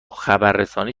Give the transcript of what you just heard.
خبررسانی